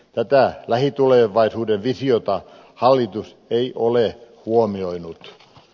tätä lähitulevaisuuden visiota hallitus ei ole huomioinut